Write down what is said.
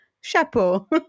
chapeau